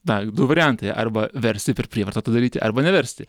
na du variantai arba versti per prievartą tą daryti arba neversti